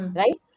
right